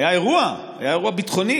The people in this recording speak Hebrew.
היה אירוע, היה אירוע ביטחוני.